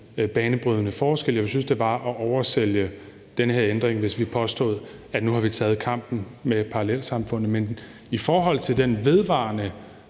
banebrydende forskel. Jeg ville synes, det var at oversælge den her ændring, hvis vi påstod, at vi nu har taget kampen med parallelsamfundene. Men i forhold til den vedvarende